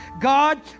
God